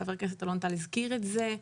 חבר הכנסת אלון טל הזכיר את זה.